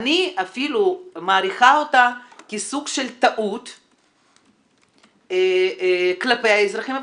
אני אפילו מעריכה אותה כסוג של טעות כלפי האזרחים הוותיקים.